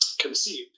conceived